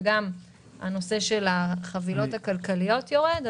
וגם נושא החבילות הכלכליות יורד.